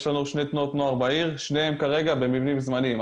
יש לנו בעיר שתי תנועות נוער ושתיהן כרגע במבנים זמניים.